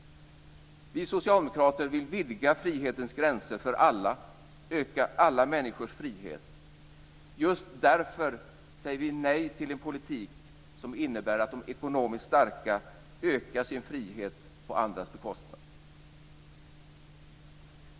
Vi socialdemokrater vill vidga frihetens gränser för alla, öka alla människors frihet. Just därför säger vi nej till en politik som innebär att de ekonomiskt starka ökar sin frihet på andras bekostnad.